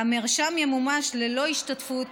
המרשם ימומש ללא השתתפות